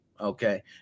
okay